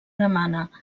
demana